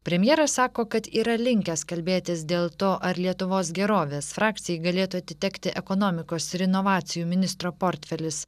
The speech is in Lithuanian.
premjeras sako kad yra linkęs kalbėtis dėl to ar lietuvos gerovės frakcijai galėtų atitekti ekonomikos ir inovacijų ministro portfelis